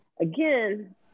Again